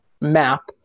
map